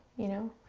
you know,